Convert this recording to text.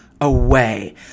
away